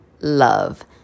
love